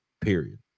period